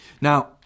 Now